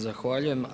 Zahvaljujem.